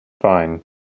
fine